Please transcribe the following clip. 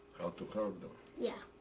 how to help them. yeah.